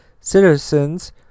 citizens